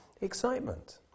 excitement